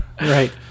right